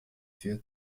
vier